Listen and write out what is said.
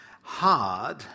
hard